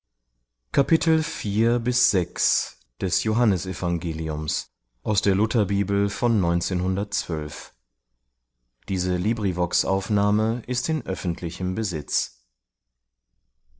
tempel ist in